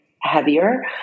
heavier